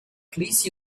please